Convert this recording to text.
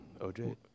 OJ